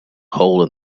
hole